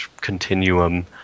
continuum